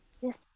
Yes